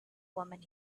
woman